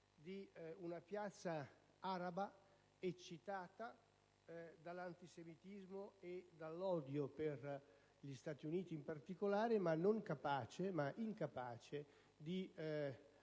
di una piazza araba eccitata dall'antisemitismo e dall'odio per gli Stati Uniti in particolare, ma incapace di avere un